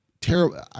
terrible